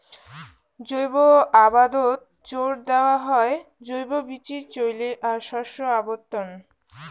জৈব আবাদত জোর দ্যাওয়া হয় জৈব বীচির চইলে আর শস্য আবর্তন